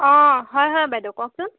অ হয় হয় বাইদেউ কওকচোন